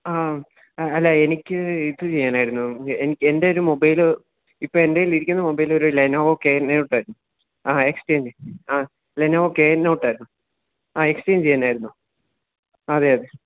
ആ ആഹ് അല്ല എനിക്ക് ഇത് ചെയ്യാനായിരുന്നു എന്റെയൊരു മൊബൈല് ഇപ്പോള് എൻ്റെ കയ്യലിരിക്കുന്ന മൊബൈലൊരു ലെനോവോ കെ നോട്ടായിരുന്നു ആ എക്സ്ചെഞ്ച് ആ ലെനോവോ കെ നോട്ടായിരുന്നു ആ എക്സ്ചെഞ്ച് ചെയ്യാനായിരുന്നു അതെ അതെ